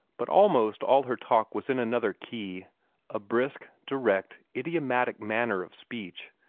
but almost all her talk was in another key a brisk, direct, idiomatic manner of speech,